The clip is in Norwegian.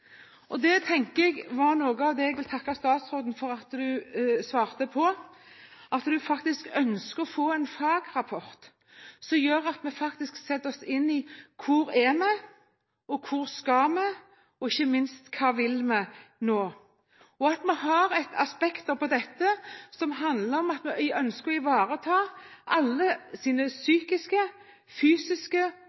Det jeg vil takke statsråden for at han svarte, er at han ønsker å få en fagrapport. Slik kan vi sette oss inn i hvor vi er, hvor vi skal, og, ikke minst, hva vil vi nå – at vi har et aspekt her som handler om at vi ønsker å ivareta alle psykiske, fysiske,